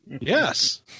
Yes